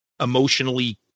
emotionally